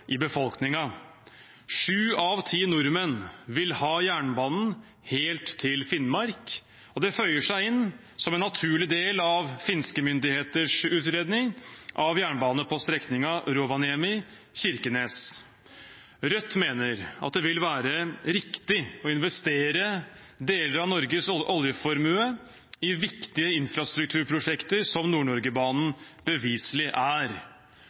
Sju av ti nordmenn vil ha jernbanen helt til Finnmark. Det føyer seg inn som en naturlig del av finske myndigheters utredning av jernbane på strekningen Rovaniemi–Kirkenes. Rødt mener at det vil være riktig å investere deler av Norges oljeformue i viktige infrastrukturprosjekter, som Nord-Norge-banen beviselig er.